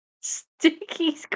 Sticky